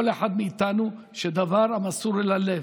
כל אחד מאיתנו, שדבר המסור אל הלב.